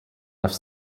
left